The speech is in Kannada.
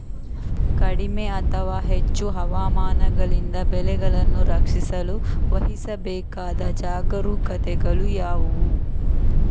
ಕಡಿಮೆ ಅಥವಾ ಹೆಚ್ಚು ಹವಾಮಾನಗಳಿಂದ ಬೆಳೆಗಳನ್ನು ರಕ್ಷಿಸಲು ವಹಿಸಬೇಕಾದ ಜಾಗರೂಕತೆಗಳು ಯಾವುವು?